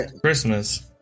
Christmas